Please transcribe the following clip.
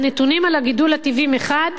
הנתונים על הגידול הטבעי מחד,